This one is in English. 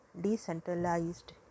decentralized